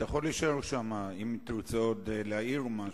אתה יכול להישאר שם, אולי תרצה להעיר משהו.